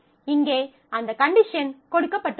இங்கே அந்த கண்டிஷன் கொடுக்கப்பட்டுள்ளது